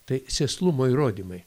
tai sėslumo įrodymai